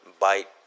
bite